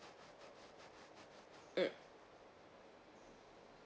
mm